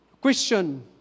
Question